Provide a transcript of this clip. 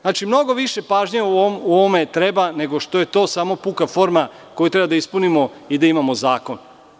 Znači, mnogo više pažnje u ovome treba nego što je to samo puka forma koju treba da ispunimo i da imamo zakon.